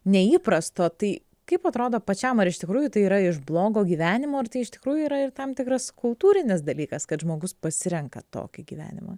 neįprasto tai kaip atrodo pačiam ar iš tikrųjų tai yra iš blogo gyvenimo ar tai iš tikrųjų yra ir tam tikras kultūrinis dalykas kad žmogus pasirenka tokį gyvenimą